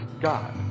God